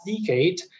decade